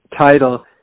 title